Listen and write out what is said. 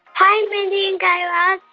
hi, mindy and guy raz.